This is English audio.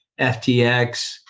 FTX